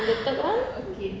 the third one